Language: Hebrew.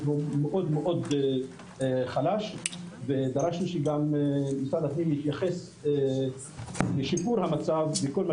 מאוד חלש ודרשנו שגם משרד הפנים יתייחס לשיפור המצב בכל מה